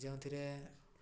ଯେଉଁଥିରେ